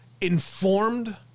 informed